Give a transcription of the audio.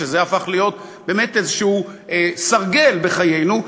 שזה הפך להיות באמת איזשהו סרגל בחיינו,